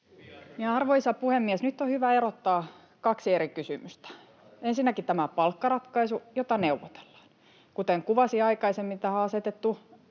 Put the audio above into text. Arvoisa puhemies! Nyt on hyvä erottaa kaksi eri kysymystä. Ensinnäkin tämä palkkaratkaisu, josta neuvotellaan. Kuten kuvasin aikaisemmin, tähän on asetettu